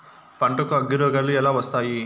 పంటకు అగ్గిరోగాలు ఎలా వస్తాయి?